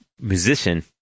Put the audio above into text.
musician